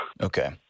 Okay